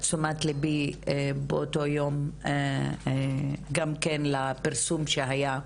תשומת לבי באותו יום גם כן לפרסום שהיה.